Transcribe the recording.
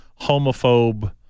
homophobe